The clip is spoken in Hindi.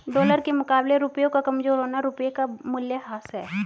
डॉलर के मुकाबले रुपए का कमज़ोर होना रुपए का मूल्यह्रास है